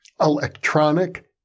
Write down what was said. Electronic